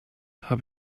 habe